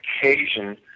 occasion